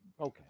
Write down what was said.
Okay